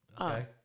okay